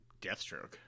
Deathstroke